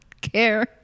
care